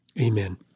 Amen